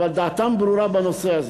אבל דעתם ברורה בנושא הזה.